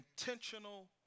intentional